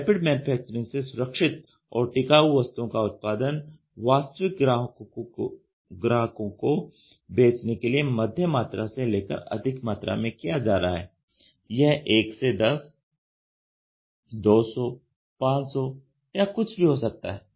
rapid manufacturing से सुरक्षित और टिकाऊ वस्तुओं का उत्पादन वास्तविक ग्राहकों को बेचने के लिए मध्यम मात्रा से लेकर अधिक मात्रा में किया जा रहा है यह 1 से 10 200 500 या कुछ भी हो सकता है